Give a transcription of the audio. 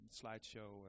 slideshow